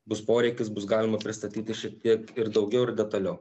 bus poreikis bus galima pristatyti šiek tiek ir daugiau ir detaliau